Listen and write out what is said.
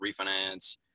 refinance